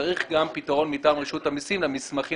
צריך גם פתרון מטעם רשות המסים למסמכים